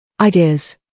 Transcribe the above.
ideas